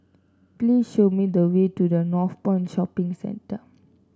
please show me the way to the Northpoint Shopping Centre